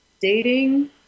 dating